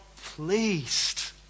pleased